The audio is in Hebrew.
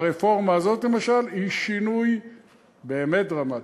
הרפורמה הזאת למשל היא שינוי באמת דרמטי.